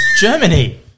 Germany